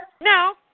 No